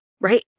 Right